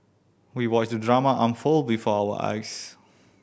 we watched the drama unfold before our eyes